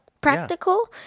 Practical